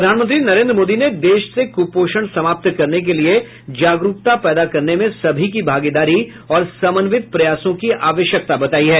प्रधानमंत्री नरेन्द्र मोदी ने देश से कुपोषण समाप्त करने के लिए जागरूकता पैदा करने में सभी की भागीदारी और समन्वित प्रयासों की आवश्यकता बताई है